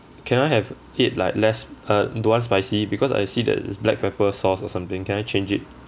can I have it like less uh don't want spicy because I see that is black pepper sauce or something can I change it